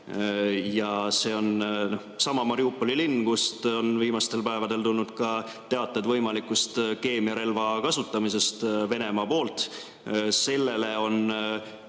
Sellestsamast Mariupoli linnast on viimastel päevadel tulnud ka teateid võimalikust keemiarelva kasutamisest Venemaa poolt. Sellele on